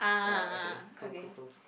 ah ya okay cool cool cool